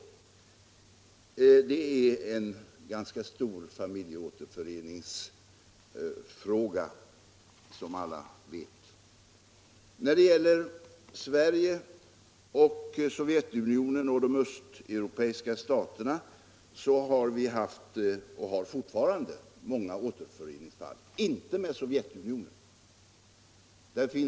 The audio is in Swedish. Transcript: Frågan om familjeåterförening dessa länder emellan är, som alla vet, ganska omfattande. Sverige har haft och har fortfarande många återföreningsärenden, inte med Sovjetunionen men med många av de östeuropeiska staterna.